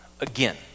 again